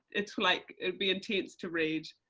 it's like, it'd be intense to read,